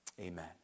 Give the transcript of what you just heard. amen